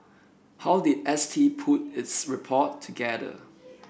how did S T put its report together